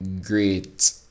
great